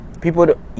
people